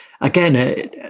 again